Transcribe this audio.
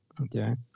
okay